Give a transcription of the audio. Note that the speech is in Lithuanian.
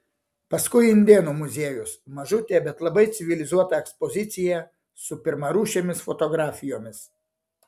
paskui indėnų muziejus mažutė bet labai civilizuota ekspozicija su pirmarūšėmis fotografijomis